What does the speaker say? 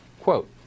Quote